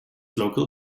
local